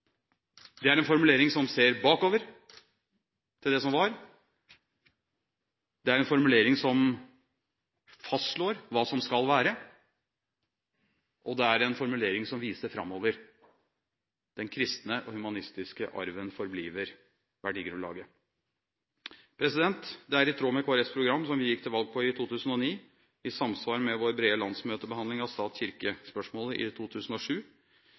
Det er en formulering som ser bakover til det som var, det er en formulering som fastslår hva som skal være, og det er en formulering som viser framover. Den kristne og humanistiske arven «forbliver» verdigrunnlaget. Det er i tråd med Kristelig Folkepartis program – som vi gikk til valg på i 2009 – og i samsvar med vår brede landsmøtebehandling av stat–kirke-spørsmålet i 2007.